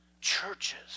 churches